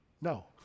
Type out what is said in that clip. No